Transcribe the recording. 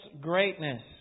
greatness